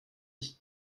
ich